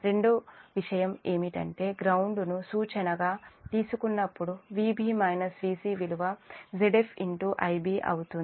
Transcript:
రెండో విషయం ఏమిటంటే గ్రౌండ్ ను సూచనగా తీసుకున్నప్పుడు Vb Vc విలువ Zf Ib అవుతుంది